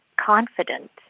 confident